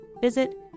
visit